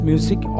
Music